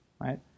right